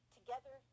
Together